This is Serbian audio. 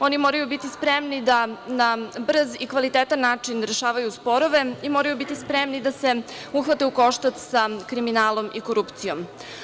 Oni moraju biti spremni da na brz i kvalitetan način rešavaju sporove i moraju biti spremni da se uhvate u koštac sa kriminalom i korupcijom.